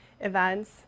events